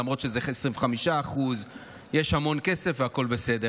למרות שזה 25%. יש המון כסף והכול בסדר.